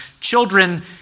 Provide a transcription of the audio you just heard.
children